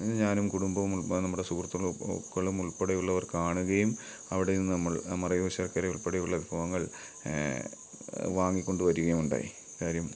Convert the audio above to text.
ഞാനും കുടുംബവും നമ്മുടെ സുഹൃത്തുക്കളും ഉൾപ്പടെയുള്ളവർ കാണുകയും അവിടെ നിന്ന് നമ്മൾ മറയൂർ ശർക്കര ഉൾപ്പടെയുള്ള വിഭവങ്ങൾ വാങ്ങിക്കൊണ്ട് വരികയും ഉണ്ടായി കാര്യം